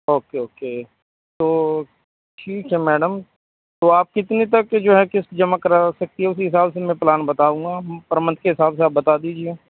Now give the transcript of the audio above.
okay okay تو ٹھیک ہے میڈم تو آپ کتنی تک کی جو ہے قسط جمع کرا سکتی ہیں اسی حساب سے میں پلان بتاؤں گا پر منتھ کے حساب سے آپ بتا دیجیے